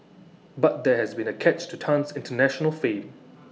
but there has been A catch to Tan's International fame